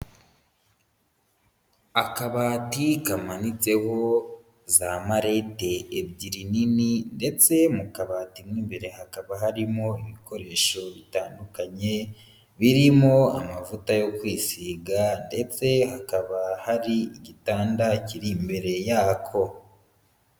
Akabati kamanitseho za malete ebyiri nini, ndetse mu kabati mo imbere hakaba harimo ibikoresho bitandukanye, birimo amavuta yo kwisiga, ndetse hakaba hari igitanda kiri imbere yako.